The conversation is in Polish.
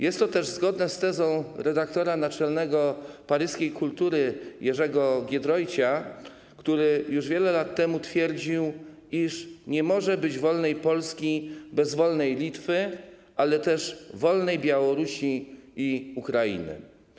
Jest to też zgodne z tezą redaktora naczelnego paryskiej ˝Kultury˝ Jerzego Giedroycia, który już wiele lat temu twierdził, iż nie może być wolnej Polski bez wolnej Litwy, ale też bez wolnej Białorusi i Ukrainy.